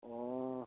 অঁ